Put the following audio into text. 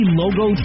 logo